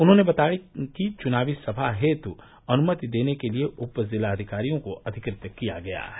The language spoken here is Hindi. उन्होंने बताया कि चुनावी सभा हेतु अनुमति देने के लिए उपजिलाधिकारियों को अधिकृत किया गया है